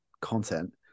content